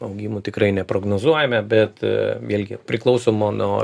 augimų tikrai neprognozuojame bet vėlgi priklauso mano